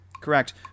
Correct